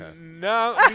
No